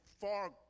far